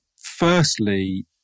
firstly